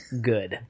Good